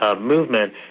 movement